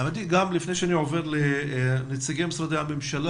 נמצאים פה נציגים מעמותת יה"ל